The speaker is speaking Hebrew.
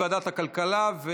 לוועדת הכלכלה נתקבלה.